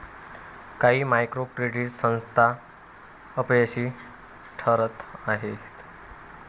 काही micro credit संस्था अपयशी ठरत आहेत